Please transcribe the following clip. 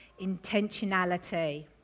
intentionality